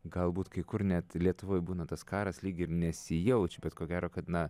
galbūt kai kur net lietuvoj būna tas karas lyg ir nesijaučia bet ko gero kad na